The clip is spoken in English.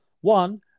one